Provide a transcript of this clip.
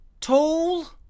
tall